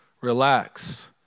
Relax